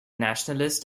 nationalist